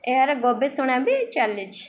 ଏହାର ଗବେଷଣା ବି ଚାଲିଛି